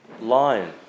lion